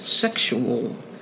sexual